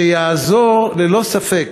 שיעזור, ללא ספק,